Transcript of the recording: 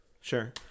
Sure